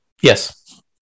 Yes